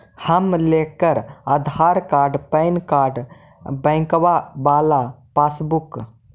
हम लेकर Aadhaar card PAN card बैंकवा वाला पासबुक?